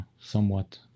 somewhat